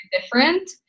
different